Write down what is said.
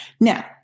Now